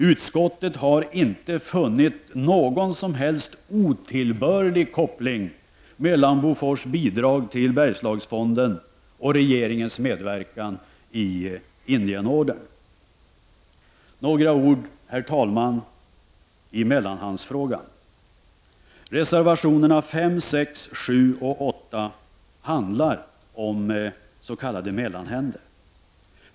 Utskottet har inte funnit någon som helst otillbörlig koppling mellan Bofors bidrag till Bergslagsfonden och regeringens medverkan i Indienordern. Några ord, herr talman, i mellanhandsfrågan. Reservationerna 5, 6, 7 och 8 handlar om s.k. mellanhänder.